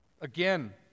Again